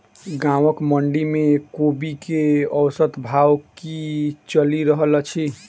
गाँवक मंडी मे कोबी केँ औसत भाव की चलि रहल अछि?